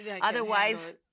Otherwise